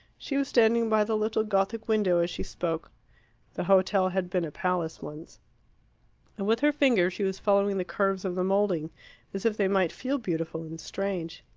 she was standing by the little gothic window as she spoke the hotel had been a palace once and with her finger she was following the curves of the moulding as if they might feel beautiful and strange.